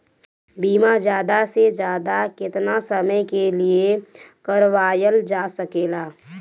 बीमा ज्यादा से ज्यादा केतना समय के लिए करवायल जा सकेला?